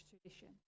tradition